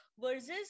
versus